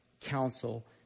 counsel